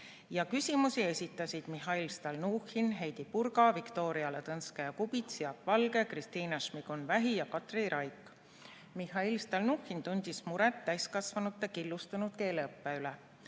Küsimusi esitasid Mihhail Stalnuhhin, Heidy Purga, Viktoria Ladõnskaja-Kubits, Jaak Valge, Kristina Šmigun-Vähi ja Katri Raik. Mihhail Stalnuhhin tundis muret täiskasvanute killustunud keeleõppe